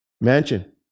mansion